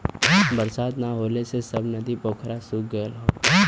बरसात ना होले से सब नदी पोखरा सूख गयल हौ